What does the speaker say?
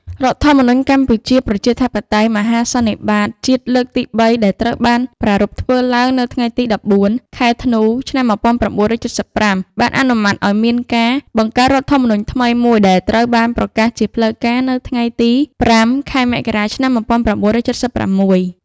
រដ្ឋធម្មនុញ្ញកម្ពុជាប្រជាធិបតេយ្យមហាសន្និបាតជាតិលើកទី៣ដែលត្រូវបានប្រារព្ធធ្វើឡើងនៅថ្ងៃទី១៤ ខែធ្នូ ឆ្នាំ១៩៧៥ បានអនុម័តឱ្យមានការ បង្កើតរដ្ឋធម្មនុញ្ញថ្មីមួយដែលត្រូវបានប្រកាសជាផ្លូវការនៅ ថ្ងៃទី៥ ខែមករា ឆ្នាំ១៩៧៦ ។